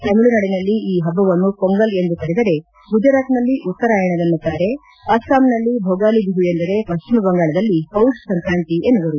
ತಮಿಳುನಾಡಿನಲ್ಲಿ ಈ ಹಭ್ಗವನ್ನು ಪೊಂಗಲ್ ಎಂದು ಕರೆದರೆ ಗುಜರಾತ್ನಲ್ಲಿ ಉತ್ತರಾಯಣವೆನ್ನುತ್ತಾರೆ ಅಸ್ಸಾಂನಲ್ಲಿ ಭೊಗಾಲಿ ಬಿಹು ಎಂದರೆ ಪಶ್ಚಿಮ ಬಂಗಾಳದಲ್ಲಿ ಪೌತ್ ಸಂಕ್ರಾಂತಿ ಎನ್ನುವರು